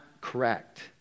correct